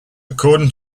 according